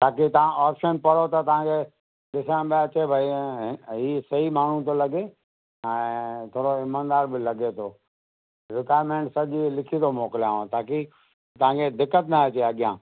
ताकि तव्हां ऑप्शन पढ़ो तव्हांखे ॾिसण में अचे भई ही सही माण्हू थो लॻे ऐं थोरो ईमानदार बि लॻे थो रिक्वायर्मेंट सॼी लिखी थो मोकलियाव ताकि तव्हांखे दिक़तु न अचे अॻियां